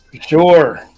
sure